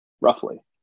roughly